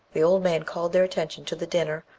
the old man called their attention to the dinner,